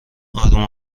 آروم